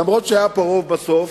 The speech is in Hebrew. אף-על-פי שהיה פה רוב בסוף,